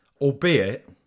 Albeit